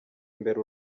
imbere